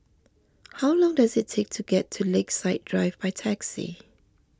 how long does it take to get to Lakeside Drive by taxi